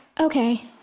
Okay